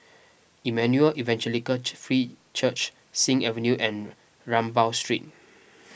Emmanuel Evangelical Free Church Sing Avenue and Rambau Street